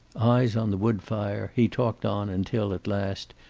eyes on the wood fire, he talked on until at last,